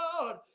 Lord